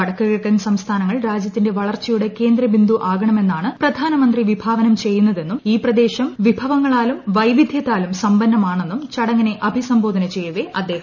വടക്ക് കിഴക്കൻ സംസ്ഥാനങ്ങൾ രാജൃത്തിന്റെ വളർച്ചയുടെ കേന്ദ്രബിന്ദു ആകണമെന്നാണ് പ്രധാനമന്ത്രി വിഭാവനം ചെയ്യുന്നതെന്നും ഈ പ്രദേശം വിഭവങ്ങളാലും വൈവിധൃത്താലും സമ്പന്നമാണെന്നും ചടങ്ങിനെ അഭിസംബോധന ചെയ്യവെ അദ്ദേഹം പാല്ലഞ്ഞു